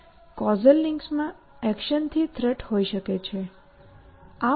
causal લિંક્સમાં એક્શન્સથી threat હોઈ શકે છે